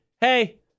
hey